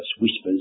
whispers